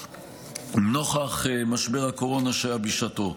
נוכח משבר הקורונה שהיה בשעתו.